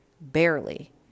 barely